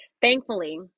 Thankfully